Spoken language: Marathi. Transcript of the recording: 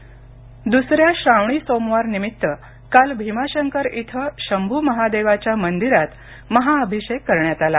भीमाशंकर द्सऱ्या श्रावणी सोमवारनिमित्त काल भीमाशंकर इथे शंभू महादेवाच्या मंदिरात महाअभिषेक करण्यात आला